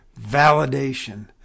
validation